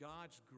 God's